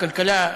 כלכלה,